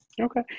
Okay